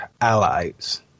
allies